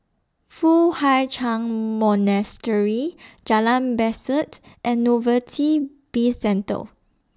Foo Hai Ch'An Monastery Jalan Besut and Novelty Bizcentre